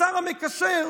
השר המקשר,